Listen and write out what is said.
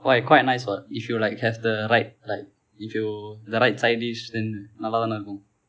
why quite nice [what] if you like have the right like if you the right side dish then நல்லா தான இருக்கும்:nallaa thaana irukkum